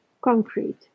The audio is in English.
concrete